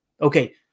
Okay